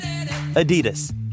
Adidas